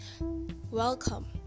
welcome